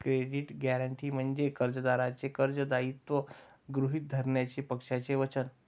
credit guarantee म्हणजे कर्जदाराचे कर्ज दायित्व गृहीत धरण्याचे पक्षाचे वचन